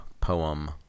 poem